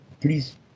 please